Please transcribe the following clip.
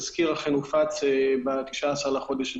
התזכיר הופץ ב-19 בחודש.